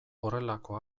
horrelako